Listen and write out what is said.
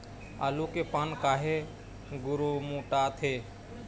आलू के पान काहे गुरमुटाथे?